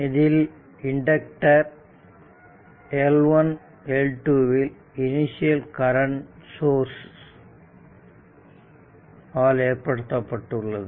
இதில் inductor L1 L2 வில் initial current source ஆல் ஏற்படுத்தப்பட்டுள்ளது